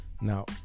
now